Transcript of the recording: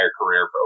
career